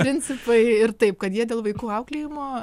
principai ir taip kad jie dėl vaikų auklėjimo